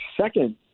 second